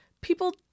people